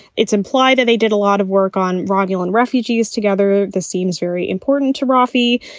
it's implied that they did a lot of work on romulan refugees together. this seems very important to roffey.